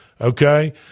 Okay